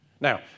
Now